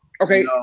Okay